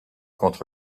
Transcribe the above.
contre